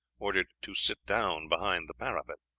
ordered to sit down behind the parapet,